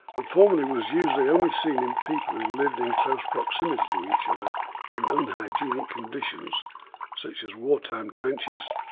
and formerly was usually only seen in people who lived in close proximity to each other in unhygienic conditions such as wartime trenches,